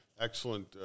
excellent